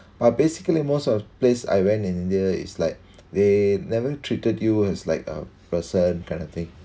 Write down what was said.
but basically most of place I went in india is like they never treated you as like a person kind of thing